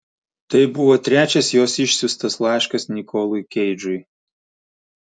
tai buvo trečias jos išsiųstas laiškas nikolui keidžui